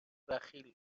بخیل